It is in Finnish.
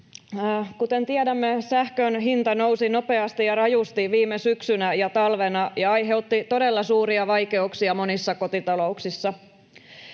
Kuten tiedämme, sähkön hinta nousi nopeasti ja rajusti viime syksynä ja talvena ja aiheutti todella suuria vaikeuksia monissa kotitalouksissa.